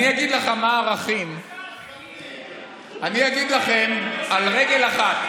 אני אגיד לכם מה הערכים, אני אגיד לכם על רגל אחת.